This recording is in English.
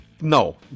No